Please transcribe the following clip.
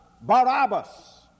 Barabbas